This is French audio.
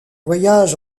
voyage